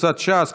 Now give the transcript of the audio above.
קבוצת סיעת ש"ס,